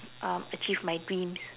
um achieve my dreams